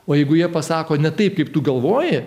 o jeigu jie pasako ne taip kaip tu galvoji